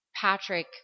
Patrick